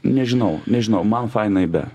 nežinau nežinau man fainai be